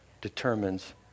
determines